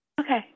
Okay